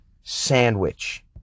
sandwich